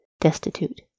destitute